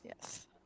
Yes